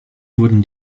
wurden